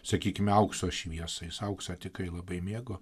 sakykime aukso šviesą jis auksą tikrai labai mėgo